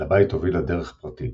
אל הבית הובילה דרך פרטית,